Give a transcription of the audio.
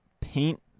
paint